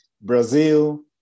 Brazil